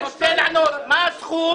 מה הסכום